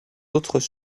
autres